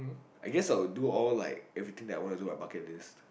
I guess I would do all like everything on my bucket list